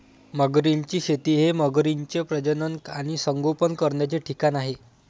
मगरींची शेती हे मगरींचे प्रजनन आणि संगोपन करण्याचे ठिकाण आहे